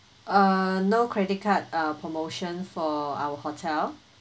uh no credit card uh promotion for our hotel